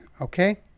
Okay